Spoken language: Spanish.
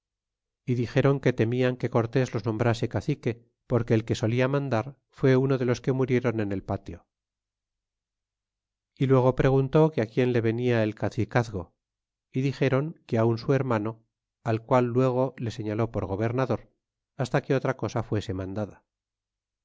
é dixéron que temian que cortés los nombrase cacique porque el que solia mandar fue uno de los que murieron en el patio e luego preguntó que á quien le venia el cacicazgo é dixéron que un su hermano al qual luego le señaló por gobernador hasta que otra cosa fuese mandada